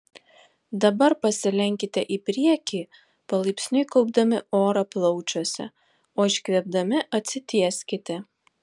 dabar pasilenkite į priekį palaipsniui kaupdami orą plaučiuose o iškvėpdami atsitieskite